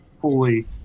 fully